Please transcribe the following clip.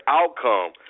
outcome